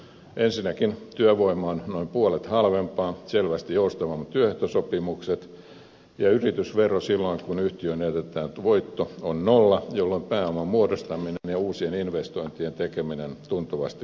ensinnäkin työvoima on noin puolet halvempaa työehtosopimukset selvästi joustavammat ja yritysvero silloin kun yhtiöön jätetään voitto on nolla jolloin pääoman muodostaminen ja uusien investointien tekeminen on tuntuvasti helpompaa